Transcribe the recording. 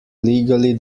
legally